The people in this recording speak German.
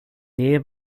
nähe